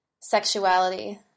Sexuality